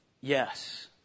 Yes